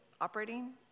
operating